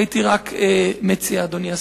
הייתי רק מציע, אדוני השר.